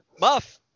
Muff